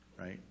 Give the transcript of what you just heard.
right